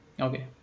Okay